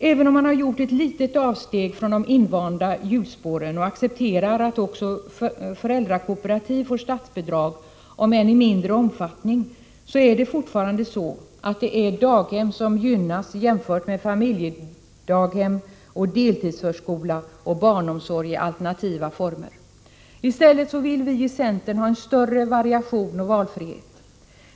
Även om man har gjort ett litet avsteg från de invanda hjulspåren och accepterar att också föräldrakooperativ får statsbidrag, om än i mindre omfattning, så är det fortfarande så att det är daghem som gynnas jämfört med familjedaghem, deltidsförskola och barnomsorg i alternativa former. I stället vill vi i centern ha en större variation och valfrihet.